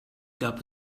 gab